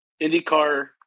IndyCar